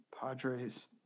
Padres